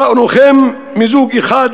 בראנוכם מזוג אחד,